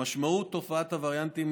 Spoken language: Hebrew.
על משמעות תופעת הווריאנטים,